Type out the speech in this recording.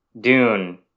Dune